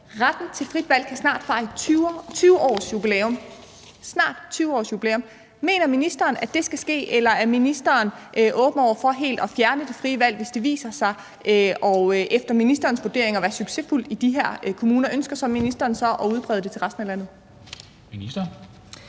Retten til frit valg kan snart fejre 20-årsjubilæum – 20-årsjubilæum! Mener ministeren, at det skal ske, eller er ministeren åben over for helt at fjerne det frie valg, hvis det efter ministerens vurdering viser sig at være succesfuldt i de her kommuner? Ønsker ministeren så at udbrede det til resten af landet? Kl.